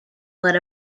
led